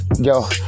yo